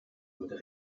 mit